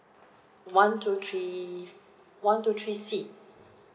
one two three one two three C